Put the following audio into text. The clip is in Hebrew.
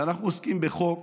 אנחנו עוסקים בחוק